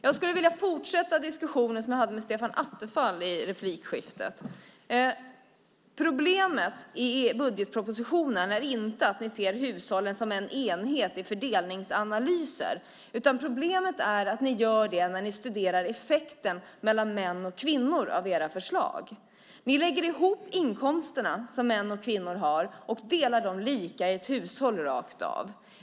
Jag skulle vilja fortsätta den diskussion som jag förde i replikskiftet med Stefan Attefall. Problemet i budgetpropositionen är inte att ni ser hushållen som en enhet i fördelningsanalyser. Problemet är att ni gör det när ni studerar effekten av era förslag mellan män och kvinnor. Ni lägger ihop mäns och kvinnors inkomster och delar dem lika i hushållet.